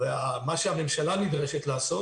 מה שהממשלה נדרשת לעשות,